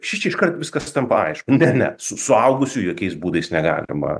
šičia iškart viskas tampa aišku ne ne suaugusių jokiais būdais negalima